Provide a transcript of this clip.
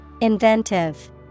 Inventive